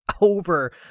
over